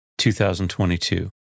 2022